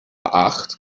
acht